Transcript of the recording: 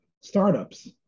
startups